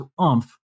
oomph